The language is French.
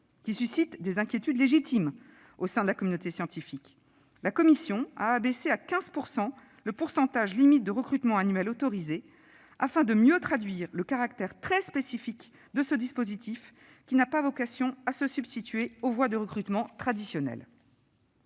qui suscitent des inquiétudes légitimes au sein de la communauté scientifique, la commission a abaissé à 15 % le pourcentage limite de recrutement annuel autorisé afin de mieux traduire le caractère très spécifique de ce dispositif, qui n'a pas vocation à se substituer aux voies de recrutement traditionnelles.